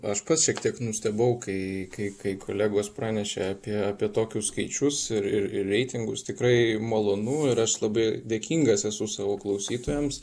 aš pats šiek tiek nustebau kai kai kai kolegos pranešė apie apie tokius skaičius ir ir ir reitingus tikrai malonu ir aš labai dėkingas esu savo klausytojams